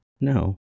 No